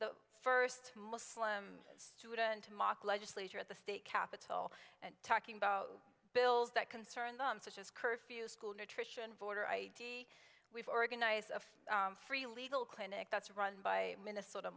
the first muslim student to mock legislature at the state capitol and talking about bills that concern them such as curfews school nutrition voter id we've organized of free legal clinic that's run by minnesota